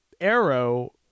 Arrow